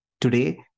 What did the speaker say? Today